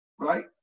Right